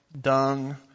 dung